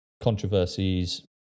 controversies